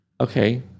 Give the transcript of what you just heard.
okay